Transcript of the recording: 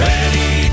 Ready